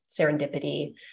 serendipity